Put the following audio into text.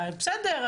בסדר,